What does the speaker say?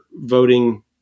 voting